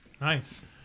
Nice